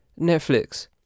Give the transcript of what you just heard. Netflix